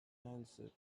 answered